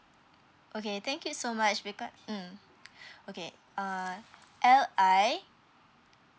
okay thank you so much regard mm okay uh L I